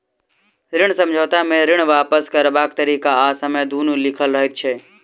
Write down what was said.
ऋण समझौता मे ऋण वापस करबाक तरीका आ समय दुनू लिखल रहैत छै